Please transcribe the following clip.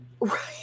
Right